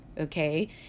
okay